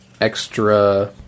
extra